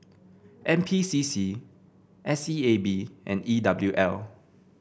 N P C C S E A B and E W L